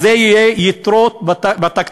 אז אלו יהיו יתרות בתקציב,